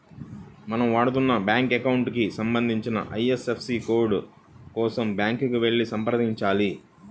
మనం వాడుతున్న bank account కి సంబంధించిన ఐ.ఎఫ్.ఎస్.సి కోడ్ కోసం బ్యాంకుకి వెళ్లి సంప్రదించాలి